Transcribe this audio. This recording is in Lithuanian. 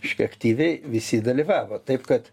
škia aktyviai visi dalyvavo taip kad